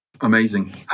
Amazing